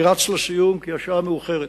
אני רץ לסיום, כי השעה מאוחרת.